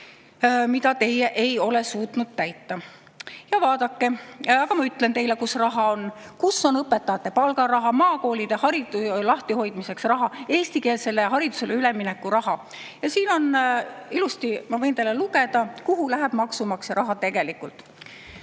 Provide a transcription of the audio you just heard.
mida te ei ole suutnud täita. Vaadake, ma ütlen teile, kus raha on: kus on õpetajate palgaraha, maakoolide lahtihoidmise raha, eestikeelsele haridusele ülemineku raha. Ma võin teile ette lugeda, kuhu läheb maksumaksja raha tegelikult: